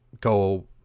go